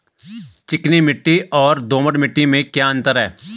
चिकनी मिट्टी और दोमट मिट्टी में क्या अंतर है?